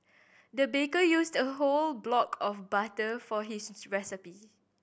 the baker used a whole block of butter for this recipe